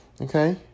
Okay